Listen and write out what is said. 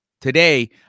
Today